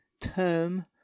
term